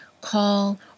call